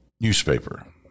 newspaper